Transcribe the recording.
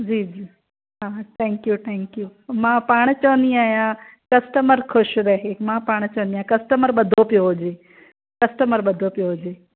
जी जी हा thank you thank you मां पाण चवंदी आहियां कस्टमर ख़ुशि रहे मां पाण चवंदी आहियां कस्टमर ॿधो पियो हुजे कस्टमर ॿधो पियो हुजे